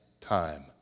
time